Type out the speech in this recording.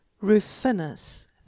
Rufinus